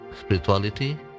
spirituality